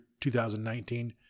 2019